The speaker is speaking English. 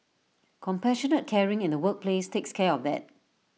compassionate caring in the workplace takes care of that